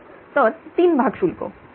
तर तीन भाग शुल्क बरोबर